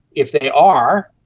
if they are,